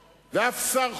הישראלי,